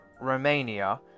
Romania